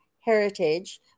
Heritage